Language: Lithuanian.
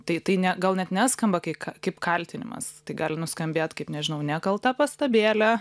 tai tai ne gal net neskamba kai kaip kaltinimas tai gali nuskambėt kaip nežinau nekalta pastabėlė